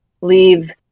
leave